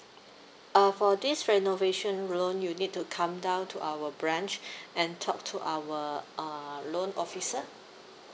uh for this renovation room you need to come down to our branch and talk to our uh loan officer